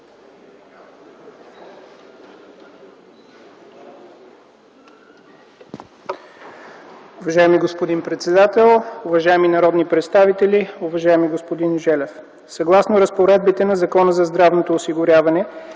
Уважаеми господин председател, уважаеми народни представители! Уважаеми господин Желев, съгласно разпоредбите на Закона за здравното осигуряване